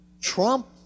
Trump